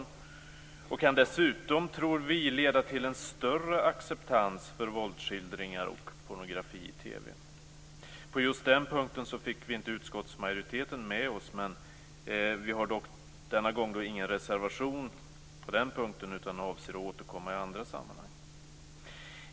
Vi tror att detta dessutom kan leda till en större acceptans för våldsskildringar och pornografi i TV. På just den punkten fick vi inte med oss utskottsmajoriteten men vi har denna gång ingen reservation. I stället avser vi att återkomma i andra sammanhang.